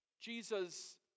Jesus